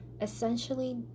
essentially